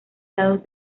lados